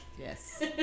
Yes